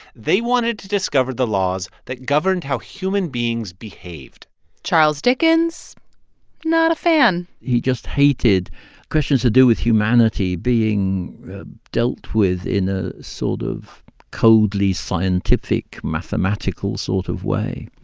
they wanted to discover the laws that governed how human beings behaved charles dickens not a fan he just hated questions to do with humanity being dealt with in a sort of coldly scientific, mathematical sort of way.